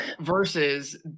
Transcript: versus